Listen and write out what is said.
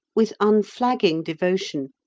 with unflagging devotion,